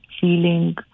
feeling